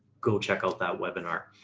go check out that webinar.